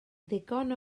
ddigon